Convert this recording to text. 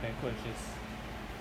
banquet just